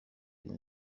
izi